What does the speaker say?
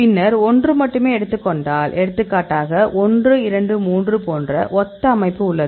பின்னர் 1 மட்டுமே எடுத்துக் கொண்டால் எடுத்துக்காட்டாக 1 2 3 போன்ற ஒத்த அமைப்பு உள்ளது